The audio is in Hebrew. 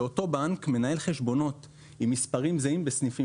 שאותו בנק מנהל חשבונות עם מספרים זהים בסניפים